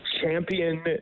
champion